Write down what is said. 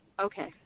okay